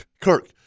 Kirk